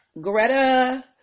Greta